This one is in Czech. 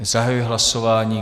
Zahajuji hlasování.